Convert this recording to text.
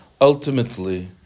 ultimately